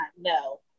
no